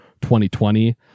2020